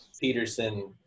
Peterson